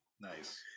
Nice